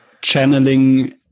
channeling